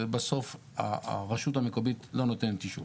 בסוף הרשות המקומית לא נותנת אישור.